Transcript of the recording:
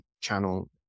channel